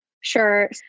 Sure